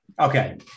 Okay